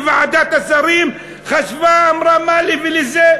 ועדת השרים חשבה ואמרה: מה לי ולזה?